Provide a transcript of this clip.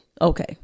Okay